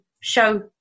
show